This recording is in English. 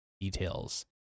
details